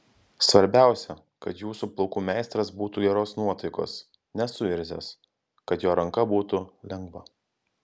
svarbiausia kad jūsų plaukų meistras būtų geros nuotaikos nesuirzęs kad jo ranka būtų lengva